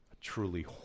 truly